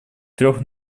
трех